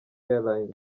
airlines